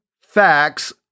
facts